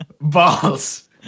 balls